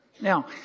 Now